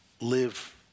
live